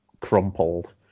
crumpled